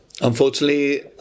Unfortunately